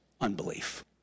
unbelief